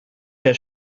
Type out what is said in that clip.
der